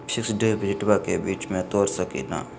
Fix डिपोजिटबा के बीच में तोड़ सकी ना?